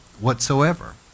whatsoever